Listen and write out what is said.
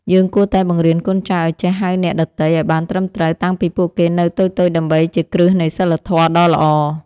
យើងគួរតែបង្រៀនកូនចៅឱ្យចេះហៅអ្នកដទៃឱ្យបានត្រឹមត្រូវតាំងពីពួកគេនៅតូចៗដើម្បីជាគ្រឹះនៃសីលធម៌ដ៏ល្អ។